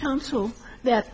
comes to that